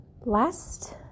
last